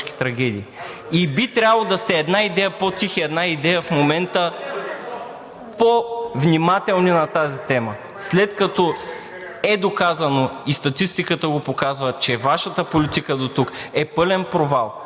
И би трябвало да сте една идея по-тихи, една идея (шум и реплики) в момента по-внимателни на тази тема, след като е доказано и статистиката го показва, че Вашата политика дотук е пълен провал.